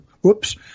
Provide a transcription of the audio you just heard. whoops